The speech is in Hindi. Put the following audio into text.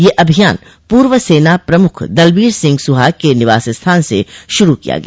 यह अभियान पूर्व सेना प्रमुख दलबीर सिंह सुहाग के निवास स्थान से शुरू किया गया